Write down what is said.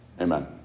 Amen